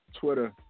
Twitter